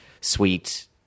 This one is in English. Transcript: sweet